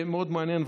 מאוד מעניין,